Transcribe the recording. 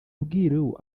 ubwiru